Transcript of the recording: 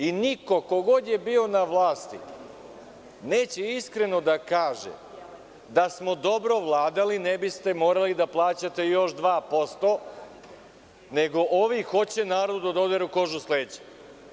I niko, ko god je bio na vlasti, neće iskreno da kaže da smo dobro vladali ne biste morali da plaćate još 2%, nego ovi hoće narodu da oderu kožu s leđa.